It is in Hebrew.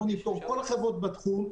כל החברות בתחום.